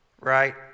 right